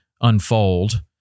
unfold